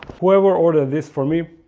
whoever ordered this for me.